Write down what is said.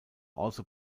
also